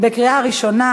קריאה ראשונה.